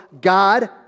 God